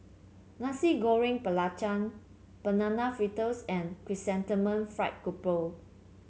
Nasi Goreng Belacan Banana Fritters and Chrysanthemum Fried Grouper